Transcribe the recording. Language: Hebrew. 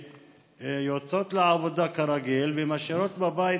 יוצאות לעבודה כרגיל ומשאירות בבית